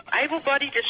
Able-bodied